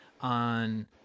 on